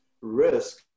risk